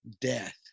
death